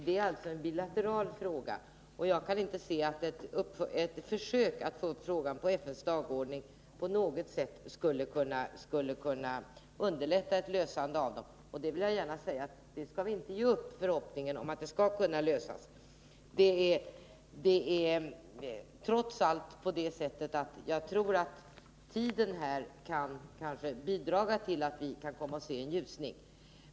Det är alltså en bilateral fråga, och jag kan inte se att ett försök att få upp frågan på FN:s dagordning på något sätt skulle kunna underlätta ett lösande av den. Jag vill gärna säga att vi inte skall ge upp förhoppningen om att frågan skall kunna lösas. Jag tror trots allt att tiden kan bidra till att vi så småningom kommer att se en ljusning.